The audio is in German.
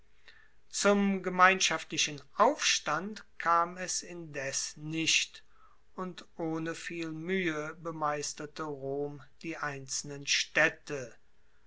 zum gemeinschaftlichen aufstand kam es indes nicht und ohne viel muehe bemeisterte rom die einzelnen staedte